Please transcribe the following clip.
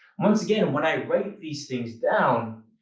once again, when i write these things down,